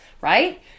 right